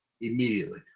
immediately